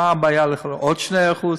מה הבעיה לעוד 2%?